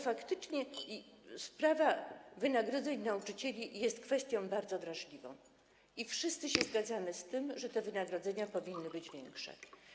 Faktycznie sprawa wynagrodzeń nauczycieli jest kwestią bardzo drażliwą i wszyscy się zgadzamy z tym, że te wynagrodzenia powinny być większe.